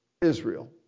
Israel